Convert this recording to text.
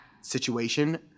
situation